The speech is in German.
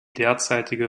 derzeitige